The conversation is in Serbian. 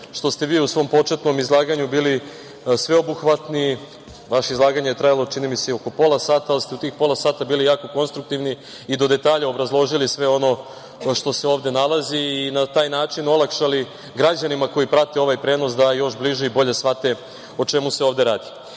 što ste vi u svom početnom izlaganju bili sveobuhvatni, vaše izlaganje je trajalo čini mi se i oko pola sata, ali ste u tih pola sata bili jako konstruktivni i do detalja obrazložili sve ono što se ovde nalazi i na taj način olakšali građanima koji prate ovaj prenos da još bliže i bolje shvate o čemu se ovde radi. Ono